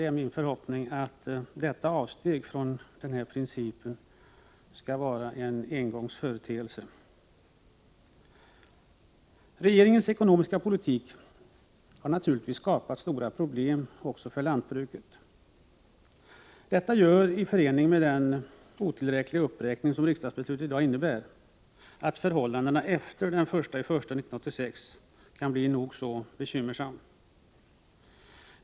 Det är min förhoppning att detta avsteg från tidigare principer skall vara en engångsföreteelse. Regeringens ekonomiska politik har naturligtvis skapat stora problem också för lantbruket. Detta, i förening med den otillräckliga uppräkning som riksdagsbeslutet i dag innebär, gör att förhållandena efter den 1 januari 1986 kan bli nog så bekymmersamma.